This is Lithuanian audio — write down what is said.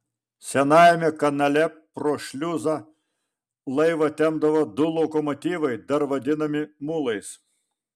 senajame kanale pro šliuzą laivą tempdavo du lokomotyvai dar vadinami mulais